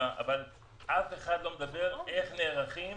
אף אחד לא מדבר איך נערכים